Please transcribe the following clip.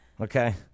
Okay